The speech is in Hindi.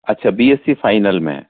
अच्छा बी एस सी फाइनल में